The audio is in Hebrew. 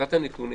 הפקת הנתונים,